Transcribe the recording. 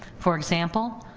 for example,